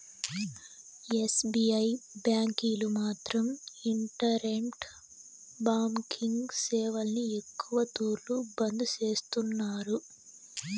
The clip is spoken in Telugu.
ఎస్.బి.ఐ బ్యాంకీలు మాత్రం ఇంటరెంట్ బాంకింగ్ సేవల్ని ఎక్కవ తూర్లు బంద్ చేస్తున్నారు